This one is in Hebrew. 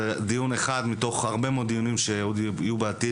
זה דיון אחד מתוך הרבה מאוד דיונים שעוד יהיו בעתיד.